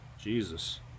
Jesus